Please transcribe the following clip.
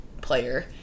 player